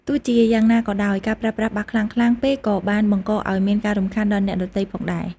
ទោះជាយ៉ាងណាក៏ដោយ ការប្រើប្រាស់បាសខ្លាំងៗពេកក៏អាចបង្កឱ្យមានការរំខានដល់អ្នកដទៃផងដែរ។